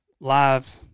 live